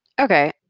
Okay